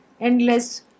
endless